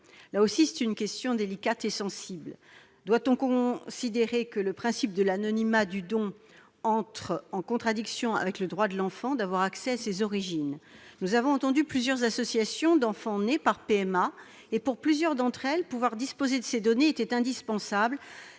Là aussi, la question est délicate et sensible. Doit-on considérer que le principe de l'anonymat du don entre en contradiction avec le droit de l'enfant d'avoir accès à ses origines ? Nous avons entendu plusieurs associations d'enfants nés par PMA. Pour certaines d'entre elles, pouvoir disposer de ces données est indispensable